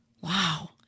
wow